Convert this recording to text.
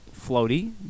floaty